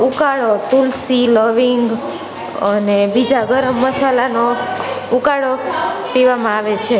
ઉકાળો તુલસી લવિંગ અને બીજા ગરમ મસાલાનો ઉકાળો પીવામાં આવે છે